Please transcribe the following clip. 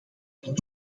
dat